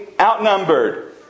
Outnumbered